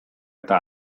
eta